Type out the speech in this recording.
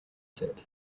said